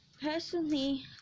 personally